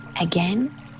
again